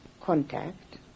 contact